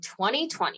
2020